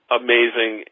amazing